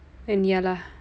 then ya lah